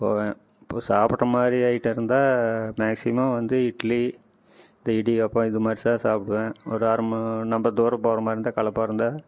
போவேன் இப்போது சாப்பிட்ட மாதிரி ஆயிட்டு இருந்தால் மேக்ஸிமம் வந்து இட்லி இந்த இடியாப்பம் இது மாதிரி சா சாப்பிடுவேன் ஒரு அரை ம ரொம்ப தூரம் போகிற மாதிரி இருந்தால் களைப்பா இருந்தால்